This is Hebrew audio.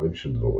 זכרים של דבורים,